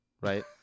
right